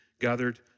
gathered